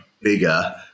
bigger